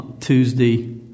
Tuesday